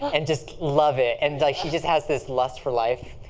and just love it. and she just has this lust for life.